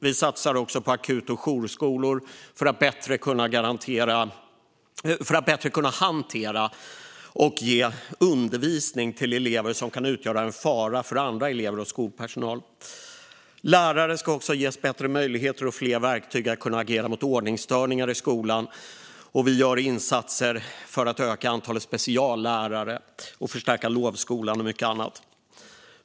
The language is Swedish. Vi satsar också på akut och jourskolor för att bättre kunna hantera och ge undervisning till elever som kan utgöra en fara för andra elever och skolpersonal. Lärare ska också ges bättre möjligheter och fler verktyg för att agera mot ordningsstörningar i skolan. Vi gör insatser för att öka antalet speciallärare, förstärka lovskolan och mycket annat.